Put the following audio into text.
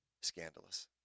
Scandalous